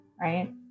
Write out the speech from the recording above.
right